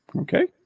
Okay